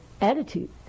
attitude